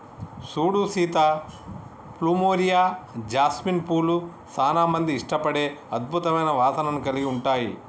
సూడు Sita plumeria, jasmine పూలు సానా మంది ఇష్టపడే అద్భుతమైన వాసనను కలిగి ఉంటాయి